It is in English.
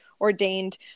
ordained